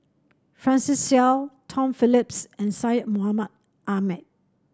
Francis Seow Tom Phillips and Syed Mohamed Ahmed